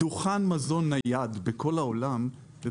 דוכן מזון נייד הוא דבר